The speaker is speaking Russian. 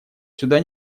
сюда